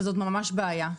וזאת ממש בעיה.